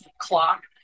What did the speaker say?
clock